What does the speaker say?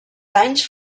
anys